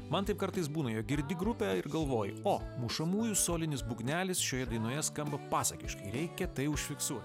man taip kartais būna jog girdi grupę ir galvoji o mušamųjų solinis būgnelis šioje dainoje skamba pasakiškai reikia tai užfiksuot